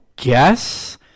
guess